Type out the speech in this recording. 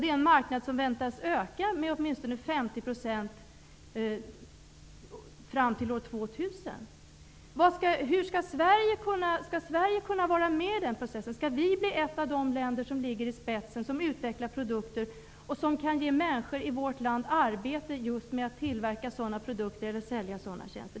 Det är en marknad som väntas öka med åtminstone 50 % fram till år 2000. Skall Sverige kunna delta i den processen? Skall Sverige bli ett av de länder som ligger i täten, som utvecklar produkter och som kan ge människor arbete med att tillverka dessa produkter eller tjänster?